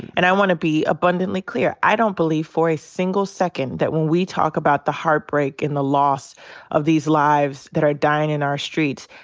and i want to be abundantly clear. i don't believe for a single second that when we talk about the heartbreak and the loss of these lives that are dying in our streets,